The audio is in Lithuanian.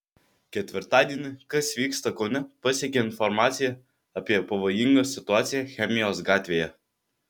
ketvirtadienį kas vyksta kaune pasiekė informacija apie pavojingą situaciją chemijos gatvėje